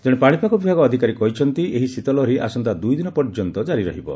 ଜଣେ ପାଣିପାଗ ବିଭାଗ ଅଧିକାରୀ କହିଛନ୍ତି ଏହି ଶୀତ ଲହରୀ ଆସନ୍ତା ଦୁଇ ଦିନ ପର୍ଯ୍ୟନ୍ତ କାରି ରହିବ